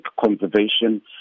conservation